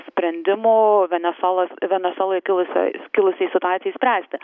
sprendimo venesuelos venesueloj kilusioj kilusiai situacijai spręsti